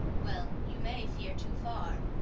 well, you may fear too far.